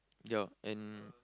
ya and